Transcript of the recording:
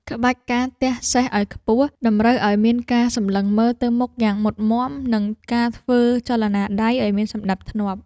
ក្បាច់ ការទះសេះឱ្យខ្ពស់ តម្រូវឱ្យមានការសម្លឹងមើលទៅមុខយ៉ាងមុតមាំ និងការធ្វើចលនាដៃឱ្យមានសណ្ដាប់ធ្នាប់។